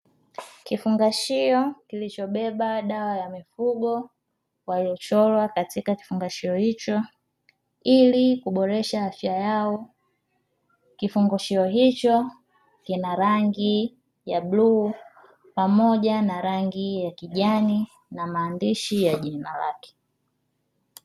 Kifungashio kilichobeba dawa ya mifugo waliochorwa katika kifungashio hicho, ili kuboresha afya yao. Kifungashio hicho kina rangi ya bluu pamoja na rangi ya kijani na maandishi ya jina lake.